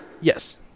Yes